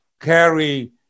carry